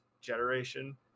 generation